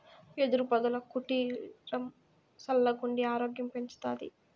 యెదురు పొదల కుటీరం సల్లగుండి ఆరోగ్యం పెంచతాది